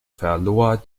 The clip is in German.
verlor